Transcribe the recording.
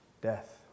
death